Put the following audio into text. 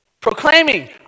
proclaiming